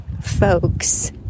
folks